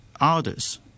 others